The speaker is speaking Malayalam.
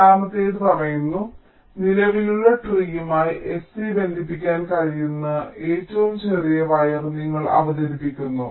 രണ്ടാമത്തേത് പറയുന്നു നിലവിലുള്ള ട്രീമായി sc ബന്ധിപ്പിക്കാൻ കഴിയുന്ന ഏറ്റവും ചെറിയ വയർ നിങ്ങൾ അവതരിപ്പിക്കുന്നു